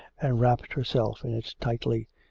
and wrapped herself in it tightly,